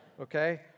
Okay